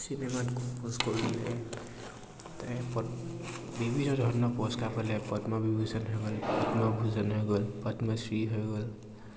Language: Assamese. চিনেমাত কমপ'জ কৰিলে তে পদ বিভিন্ন ধৰণৰ পুৰষ্কাৰ পালে পদ্মবিভূছন হৈ গ'ল পদ্মভূছন হৈ গ'ল পদ্মশ্ৰী হৈ গ'ল